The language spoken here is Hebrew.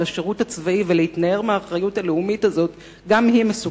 חלק במשימה הלאומית המשותפת של השירות בצה"ל,